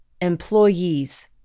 employees